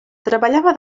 treballava